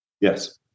yes